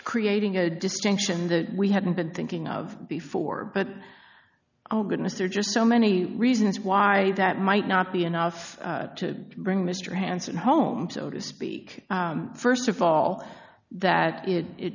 creating a distinction that we hadn't been thinking of before but oh goodness are just so many reasons why that might not be enough to bring mr hanssen home so to speak st of all that is it